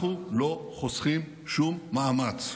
אנחנו לא חוסכים שום מאמץ.